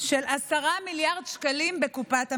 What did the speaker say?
של 10 מיליארד שקלים בקופת המדינה,